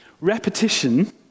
repetition